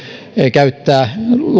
käyttää